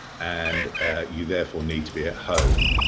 and you, therefore, need to be at home.